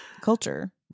culture